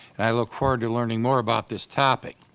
i look forward to learning more about this topic.